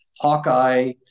Hawkeye